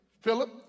Philip